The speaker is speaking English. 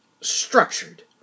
structured